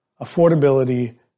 affordability